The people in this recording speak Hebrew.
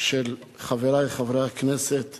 של חברי חברי הכנסת